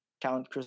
Count